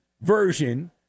version